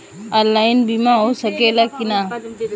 Online बीमा हो सकेला की ना?